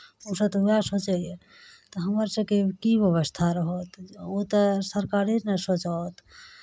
ओसभ तऽ इएह सोचैए तऽ हमर सभके की व्यवस्था रहत ओ तऽ सरकारे ने सोचत